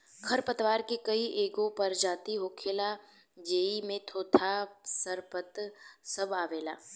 खर पतवार के कई गो परजाती होखेला ज़ेइ मे मोथा, सरपत सब आवेला